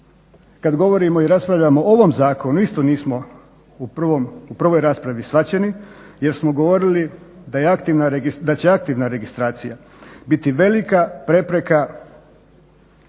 kad govorimo i raspravljamo o ovom zakonu, isto nismo u prvoj raspravi shvaćeni jer smo govorili da će aktivna registracija biti velika prepreka